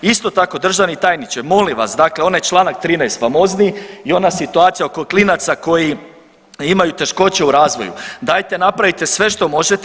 Isto tako, državni tajniče, molim vas, dakle onaj čl. 13 famozni i ona situacija oko klinaca koji imaju teškoća u razvoju, dajte napravite sve što možete.